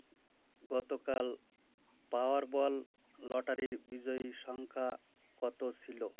গতকাল পাওয়ারবল লটারির বিজয়ী সংখ্যা কত ছিল